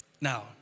Now